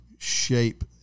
shape